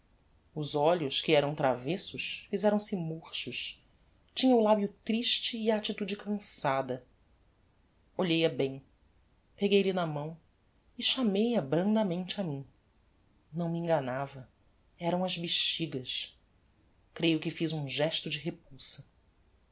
os olhos que eram travessos fizeram-se murchos tinha o labio triste e a attitude cançada olhei a bem peguei-lhe na mão e chamei a brandamente a mim não me enganava eram as bexigas creio que fiz um gesto de repulsa